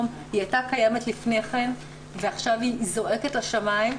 הייתה קיימת לפני כן ועכשיו היא זועקת לשמיים,